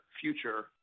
future